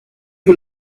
you